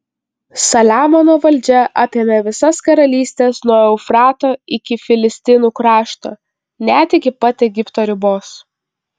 saliamono valdžia apėmė visas karalystes nuo eufrato iki filistinų krašto net iki pat egipto ribos